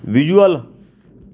visual